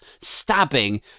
stabbing